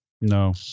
No